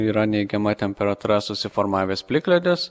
yra neigiama temperatūra susiformavęs plikledis